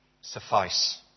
suffice